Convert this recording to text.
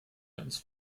ganz